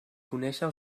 conéixer